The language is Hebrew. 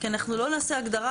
כי אנחנו לא נעשה הגדרה.